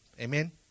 Amen